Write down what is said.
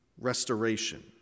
restoration